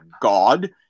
God